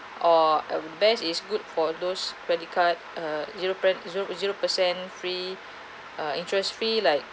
or uh best is good for those credit card uh zero pan~ zero zero percent free uh interest free like